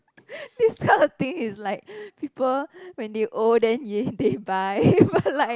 this kind of thing is like people when they old then they they buy but like